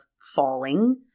falling